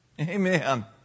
Amen